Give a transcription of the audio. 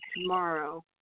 tomorrow